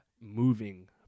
moving